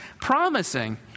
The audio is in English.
promising